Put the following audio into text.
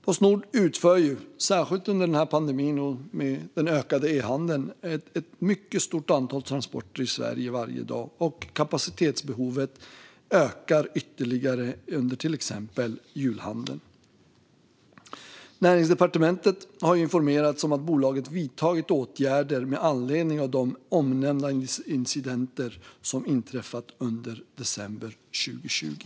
Postnord utför - särskilt under pandemin och med den ökande e-handeln - ett mycket stort antal transporter i Sverige varje dag, och kapacitetsbehovet ökade ytterligare under till exempel julhandeln. Näringsdepartementet har informerats om att bolaget vidtagit åtgärder med anledning av de omnämnda incidenter som inträffat under december 2020.